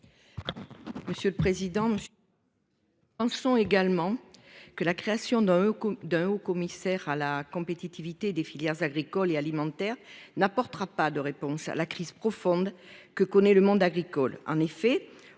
Monsieur le président. Ils sont également que la création d'un coup d'un haut commissaire à la compétitivité des filières agricoles et alimentaires n'apportera pas de réponse à la crise profonde que connaît le monde agricole.